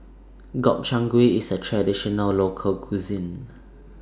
Gobchang Gui IS A Traditional Local Cuisine